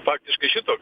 faktiškai šitoks